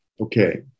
Okay